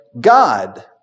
God